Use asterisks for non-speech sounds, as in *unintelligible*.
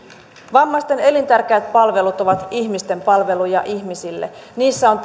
vammaisten elintärkeät palvelut ovat ihmisten palveluja ihmisille niissä on *unintelligible*